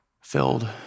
filled